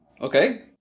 okay